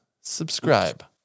subscribe